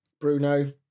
Bruno